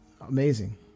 amazing